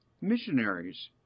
missionaries